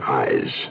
eyes